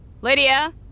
Lydia